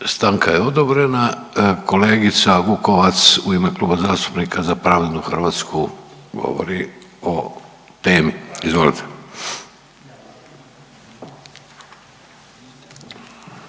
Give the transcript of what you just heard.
Stanka je odobrena. Kolegica Vukovac, u ime Kluba zastupnika Za pravednu Hrvatsku govori o temi. Izvolite.